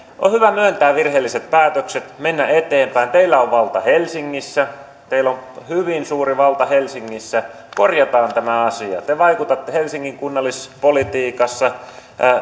on hyvä myöntää virheelliset päätökset mennä eteenpäin teillä on valta helsingissä teillä on hyvin suuri valta helsingissä korjataan tämä asia te vaikutatte helsingin kunnallispolitiikassa